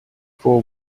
fore